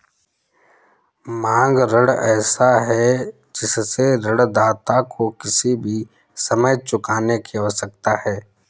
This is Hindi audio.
मांग ऋण ऐसा है जिससे ऋणदाता को किसी भी समय चुकाने की आवश्यकता है